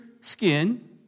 skin